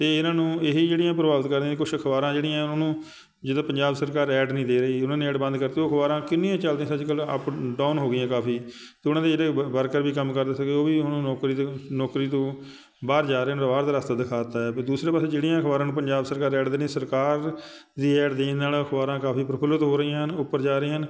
ਅਤੇ ਇਹਨਾਂ ਨੂੰ ਇਹੀ ਜਿਹੜੀਆਂ ਪ੍ਰਭਾਵਿਤ ਕਰਦੀਆਂ ਕੁਛ ਅਖ਼ਬਾਰਾਂ ਜਿਹੜੀਆਂ ਉਹਨਾਂ ਨੂੰ ਜਦੋਂ ਪੰਜਾਬ ਸਰਕਾਰ ਐਡ ਨਹੀਂ ਦੇ ਰਹੀ ਉਹਨਾਂ ਨੇ ਐਡ ਬੰਦ ਕਰਤੀ ਉਹ ਅਖ਼ਬਾਰਾਂ ਕਿੰਨੀਆਂ ਚੱਲਦੀਆਂ ਸੀ ਅੱਜ ਕੱਲ੍ਹ ਅਪ ਡਾਊਨ ਹੋ ਗਈਆਂ ਕਾਫੀ ਅਤੇ ਉਹਨਾਂ ਦੇ ਜਿਹੜੇ ਵ ਵਰਕਰ ਵੀ ਕੰਮ ਕਰਦੇ ਸੀਗੇ ਉਹ ਵੀ ਹੁਣ ਨੌਕਰੀ ਤੋਂ ਨੌਕਰੀ ਤੋਂ ਬਾਹਰ ਜਾ ਰਹੇ ਨੇ ਬਾਹਰ ਦਾ ਰਾਸਤਾ ਦਿਖਾ ਦਿੱਤਾ ਹੈ ਵੀ ਦੂਸਰੇ ਪਾਸੇ ਜਿਹੜੀਆਂ ਅਖ਼ਬਾਰਾਂ ਨੂੰ ਪੰਜਾਬ ਸਰਕਾਰ ਐਡ ਦਿੰਦੀ ਸਰਕਾਰ ਦੀ ਐਡ ਦੇਣ ਨਾਲ ਅਖ਼ਬਾਰਾਂ ਕਾਫੀ ਪ੍ਰਫੁੱਲਤ ਹੋ ਰਹੀਆਂ ਹਨ ਉੱਪਰ ਜਾ ਰਹੀਆਂ ਹਨ